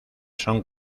son